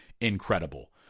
incredible